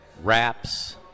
Wraps